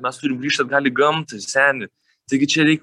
mes turim grįšt atgal į gamtą seni taigi čia reik